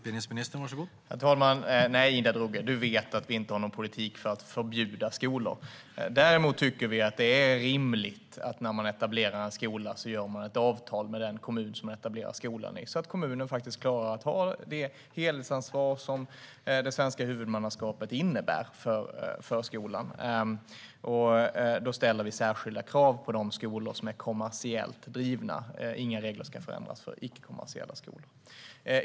Herr talman! Nej, Ida Drougge, du vet att vi inte har någon politik för att förbjuda skolor. Däremot tycker vi att det är rimligt att man när man etablerar en skola gör ett avtal med den kommun som man etablerar skolan i så att kommunen klarar av att ta det helhetsansvar som det svenska huvudmannaskapet innebär för skolan. Då ställer vi särskilda krav på de skolor som är kommersiellt drivna. Inga regler ska förändras för icke-kommersiella skolor.